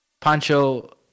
Pancho